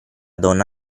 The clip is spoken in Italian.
donna